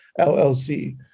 LLC